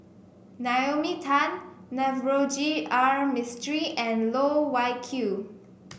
Naomi Tan Navroji R Mistri and Loh Wai Kiew